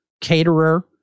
Caterer